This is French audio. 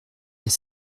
les